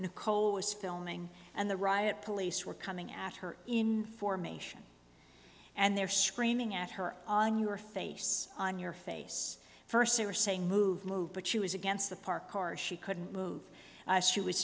nicole was filming and the riot police were coming at her in formation and they're screaming at her on your face on your face first they were saying move move but she was against the park or she couldn't move she was